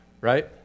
right